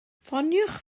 ffoniwch